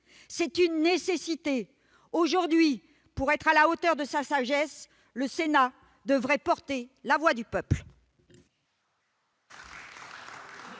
C'est une nécessité ! Aujourd'hui, pour être à la hauteur de sa sagesse, le Sénat devrait porter la voix du peuple